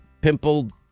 pimpled